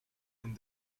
and